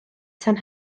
tan